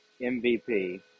MVP